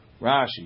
Rashi